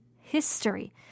history